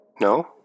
No